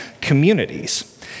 communities